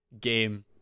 game